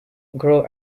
grow